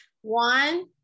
One